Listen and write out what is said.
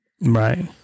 Right